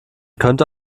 könnte